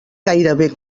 gairebé